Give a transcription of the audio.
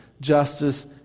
Justice